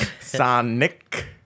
Sonic